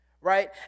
right